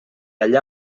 allà